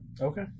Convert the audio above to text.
Okay